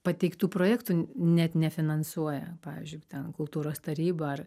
pateiktų projektų net nefinansuoja pavyzdžiui ten kultūros taryba ar